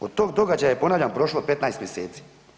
Od tog događaja je ponavljam prošlo 15 mjeseci.